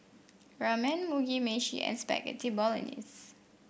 Ramen Mugi Meshi and Spaghetti Bolognese